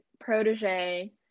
protege